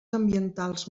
ambientals